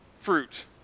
fruit